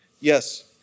Yes